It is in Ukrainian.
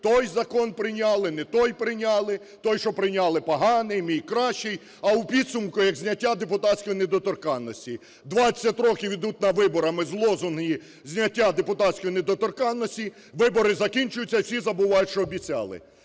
той закон прийняли, не той прийняли; той, що прийняли поганий, мій – кращий. А у підсумку, як зняття депутатської недоторканності: 20 років йдуть на вибори з лозунгами зняття депутатської недоторканності, вибори закінчуються - і всі забувають, що обіцяли.